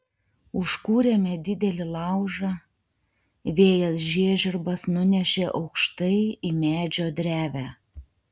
užkūrėme didelį laužą vėjas žiežirbas nunešė aukštai į medžio drevę